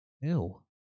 Ew